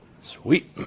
Sweet